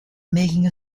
making